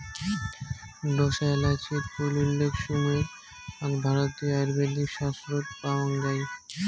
ঢোসা এ্যালাচির পৈলা উল্লেখ সুমের আর ভারতীয় আয়ুর্বেদিক শাস্ত্রত পাওয়াং যাই